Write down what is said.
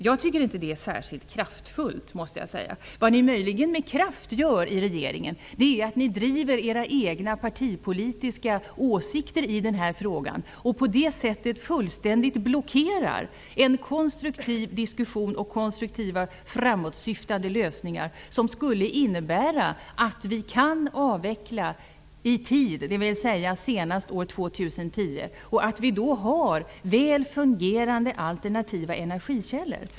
Jag tycker inte att det är särskilt kraftfullt. Vad ni möjligen gör med kraft i regeringen är att driva era egna partipolitiska åsikter i den här frågan. På det sättet blockerar ni fullständigt en konstruktiv diskussion och konstruktiva framåtsyftande lösningar som skulle innebära att vi skulle kunna avveckla i tid, dvs. senast år 2010, och att vi då har väl fungerande alternativa energikällor.